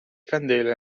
candele